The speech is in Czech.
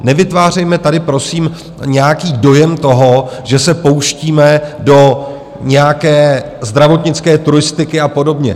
Nevytvářejme tady, prosím, nějaký dojem toho, že se pouštíme do nějaké zdravotnické turistiky a podobně.